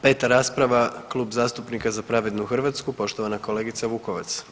5. rasprava, Klub zastupnika Za pravednu Hrvatsku, poštovana kolegica Vukovac.